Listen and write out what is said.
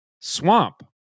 swamp